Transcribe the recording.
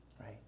right